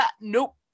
nope